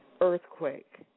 earthquake